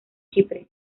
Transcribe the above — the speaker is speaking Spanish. chipre